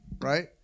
right